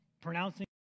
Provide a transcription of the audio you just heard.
pronouncing